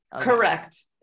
Correct